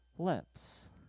Lips